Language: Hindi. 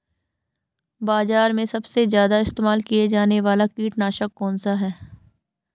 बाज़ार में सबसे ज़्यादा इस्तेमाल किया जाने वाला कीटनाशक कौनसा है?